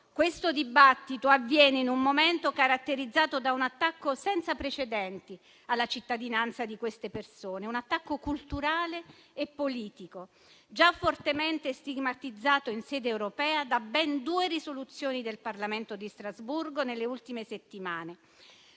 questo dibattito avviene in un momento caratterizzato da un attacco senza precedenti alla cittadinanza di queste persone, un attacco culturale e politico, già fortemente stigmatizzato in sede europea da ben due risoluzioni del Parlamento di Strasburgo nelle ultime settimane: